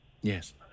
Yes